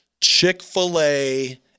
Chick-fil-A